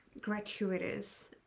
gratuitous